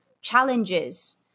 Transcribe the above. challenges